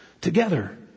together